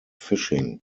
fishing